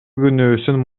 күнөөсүн